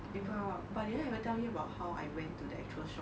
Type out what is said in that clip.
but but did I ever tell me about how I went to the actual shop